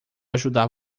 ajudar